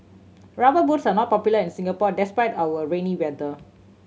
Rubber Boots are not popular in Singapore despite our rainy weather